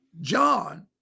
John